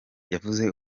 yavuze